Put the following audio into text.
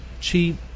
cheap